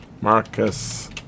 Marcus